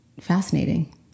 fascinating